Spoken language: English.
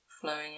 flowing